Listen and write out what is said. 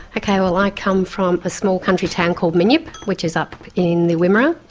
ok well i come from a small country town called minyip which is up in thewimmera,